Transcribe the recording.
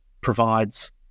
provides